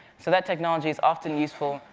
so that technology's often useful,